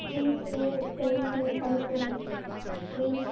rings chain கை chain brace